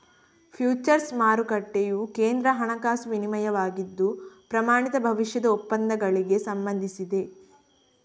futures ಮಾರುಕಟ್ಟೆಯು ಕೇಂದ್ರ ಹಣಕಾಸು ವಿನಿಮಯವಾಗಿದ್ದು, ಪ್ರಮಾಣಿತ ಭವಿಷ್ಯದ ಒಪ್ಪಂದಗಳಿಗೆ ಸಂಬಂಧಿಸಿದೆ